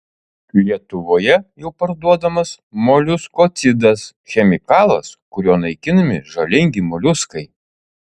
lietuvoje jau parduodamas moliuskocidas chemikalas kuriuo naikinami žalingi moliuskai